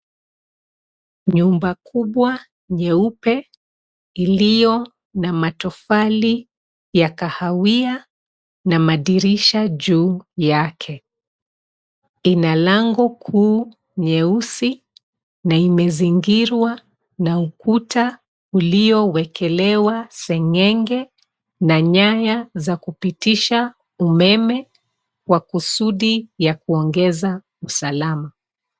Nyumba kubwa nyeupe iliyo na matofali ya kahawia na madirisha juu yake, ina lango kuu nyeusi na imezingirwa na ukuta uliowekelewa seng'enge na nyaya za kupitisha umeme kwa kusudi ya kuongeza usalama.